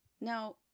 Now